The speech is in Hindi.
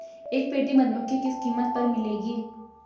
एक पेटी मधुमक्खी किस कीमत पर मिलेगी?